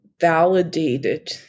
validated